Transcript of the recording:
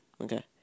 Okay